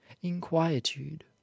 inquietude